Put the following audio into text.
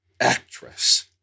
actress